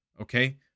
okay